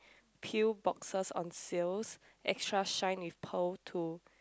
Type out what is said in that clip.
pill boxes on sales extra shine with pearl to